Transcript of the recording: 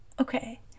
Okay